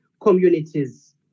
communities